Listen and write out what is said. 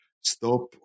stop